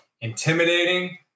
intimidating